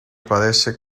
padece